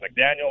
McDaniel